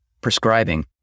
prescribing